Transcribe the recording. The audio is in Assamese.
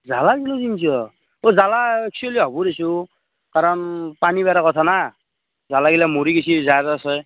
জালা অ' জালা একচুয়েলি হ'ব দেচোন কাৰণ পানীৰ কথা না জালাগিলা মৰি গৈছি